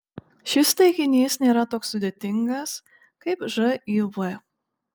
šis taikinys nėra toks sudėtingas kaip živ